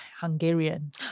Hungarian